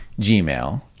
Gmail